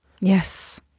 Yes